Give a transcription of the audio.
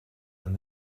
and